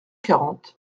quarante